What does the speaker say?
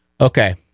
Okay